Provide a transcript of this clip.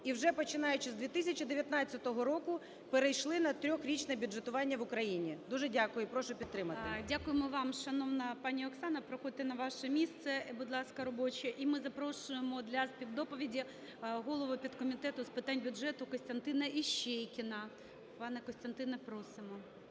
і вже, починаючи з 2019 року, перейшли на трьохрічне бюджетування в Україні. Дуже дякую. І прошу підтримати. 11:28:44 ГОЛОВУЮЧИЙ. Дякуємо вам, шановна пані Оксана, проходьте на ваше місце, будь ласка, робоче. І ми запрошуємо для співдоповіді голову підкомітету з питань бюджету Костянтина Іщейкіна. Пане Костянтине, просимо.